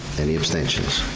any abstentions?